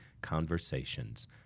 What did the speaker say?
conversations